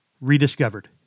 rediscovered